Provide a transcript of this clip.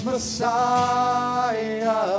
Messiah